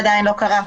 אדם מאמן שני אנשים